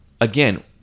again